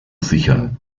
sichern